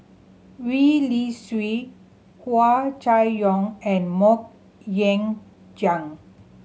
Wee Li Sui Hua Chai Yong and Mok Ying Jang